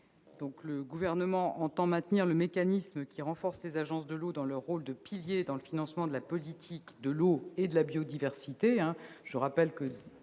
Le Gouvernement entend maintenir le mécanisme qui renforce le rôle central des agences de l'eau dans le financement de la politique de l'eau et de la biodiversité. Je rappelle que